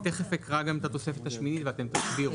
תכף אקרא גם את התוספת השמינית, ואתם תסבירו.